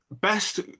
best